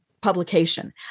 publication